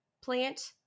plant